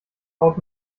haut